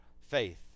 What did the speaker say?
faith